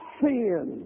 sin